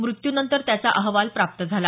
मृत्यूनंतर त्याचा अहवाल प्राप्त आला